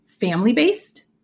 family-based